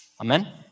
Amen